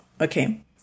Okay